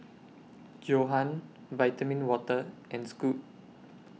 Johan Vitamin Water and Scoot